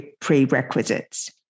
prerequisites